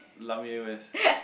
Lamar West